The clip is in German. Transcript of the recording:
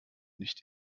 nicht